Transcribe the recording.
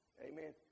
Amen